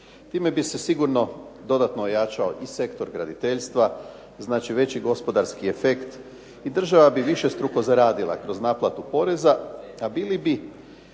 Time bi se sigurno dodatno ojačao i sektor graditeljstva, znači veći gospodarski efekt i država bi višestruko zaradila kroz naplatu poreza, a bili bi